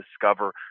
discover